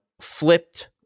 flipped